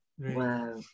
Wow